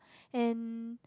and